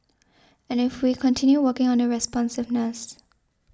and we will continue working on the responsiveness